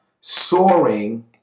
soaring